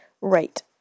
Right